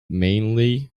mainly